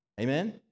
Amen